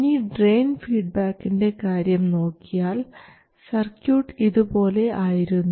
ഇനി ഡ്രയിൻ ഫീഡ്ബാക്കിൻറെ കാര്യം നോക്കിയാൽ സർക്യൂട്ട് ഇതുപോലെ ആയിരുന്നു